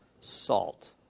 salt